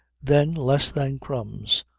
then, less than crumbs,